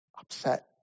upset